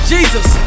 Jesus